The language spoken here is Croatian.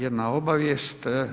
Jedna obavijest.